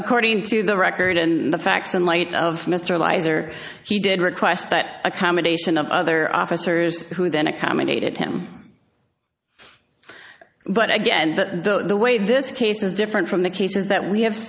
according to the record and the facts in light of mr lies are he did request that a combination of other officers who then accommodated him but again the way this case is different from the cases that we have